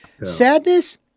Sadness